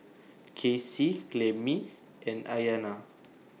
Kasie Clemie and Ayanna